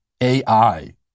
AI